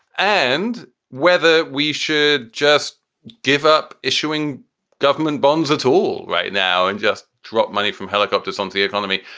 and whether we should just give up issuing government bonds at all right now and just drop money from helicopters onto the economy.